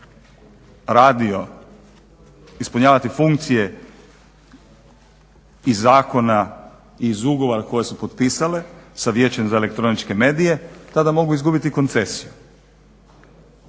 radio ispunjavati funkcije iz zakona, iz ugovora koje su potpisale sa vijećem za elektroničke medije tada mogu izgubiti koncesiju.